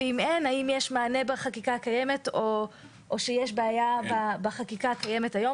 ואם אין האם יש מענה בחקיקה הקיימת או שיש בעיה בחקיקה הקיימת היום?